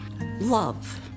love